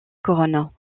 couronne